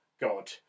God